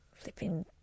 Flipping